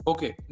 Okay